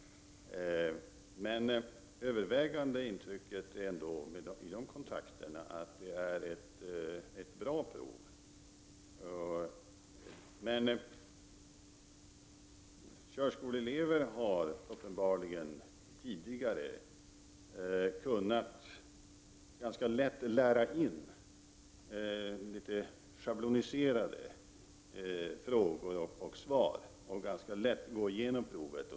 Mitt övervägande intryck är ändå att provet är bra. Körskoleelever har uppenbarligen tidigare kunnat lära in schabloniserade frågor och svar, och ganska lätt gå igenom provet.